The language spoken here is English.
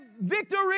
victory